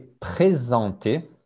présenter